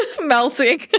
melting